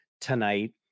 tonight